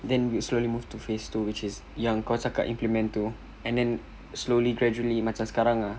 then you slowly move to phase two which is yang kau cakap implement tu and then slowly gradually macam sekarang ah